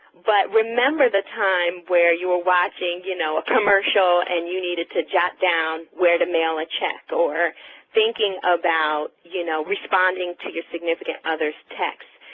but remember the time where you're ah watching you know, a commercial and you needed to jot down where to mail a check, or thinking about, you know, responding to your significant other's text,